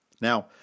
Now